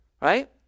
Right